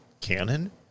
canon